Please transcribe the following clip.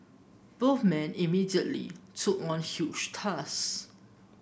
both men immediately took on huge tasks